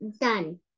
Done